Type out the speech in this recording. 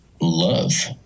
love